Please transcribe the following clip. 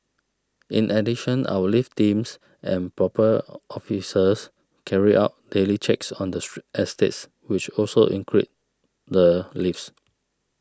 in addition our lift teams and proper officers carry out daily checks on the estates which also include the lifts